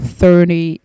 thirty